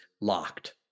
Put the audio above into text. locked